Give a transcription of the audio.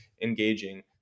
engaging